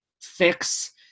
fix